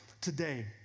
today